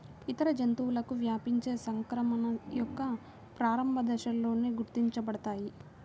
ఇతర జంతువులకు వ్యాపించే సంక్రమణ యొక్క ప్రారంభ దశలలో గుర్తించబడతాయి